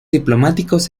diplomáticos